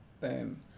boom